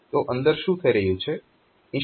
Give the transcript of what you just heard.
તો અંદર શું થઇ રહ્યું છે